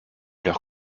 leur